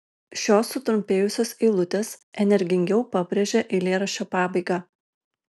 šios sutrumpėjusios eilutės energingiau pabrėžia eilėraščio pabaigą